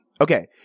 Okay